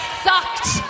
sucked